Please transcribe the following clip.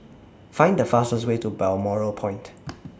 Find The fastest Way to Balmoral Point